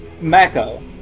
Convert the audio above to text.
Mako